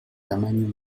tamaño